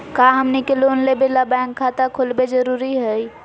का हमनी के लोन लेबे ला बैंक खाता खोलबे जरुरी हई?